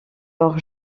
port